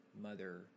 mother